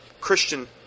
Christian